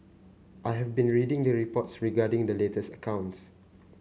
I have been reading the reports regarding the latest accounts